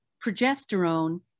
progesterone